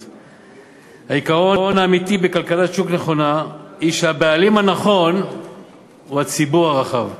העיקרון האמיתי בכלכלת שוק נכונה הוא שהבעלים הנכון הוא הציבור הרחב.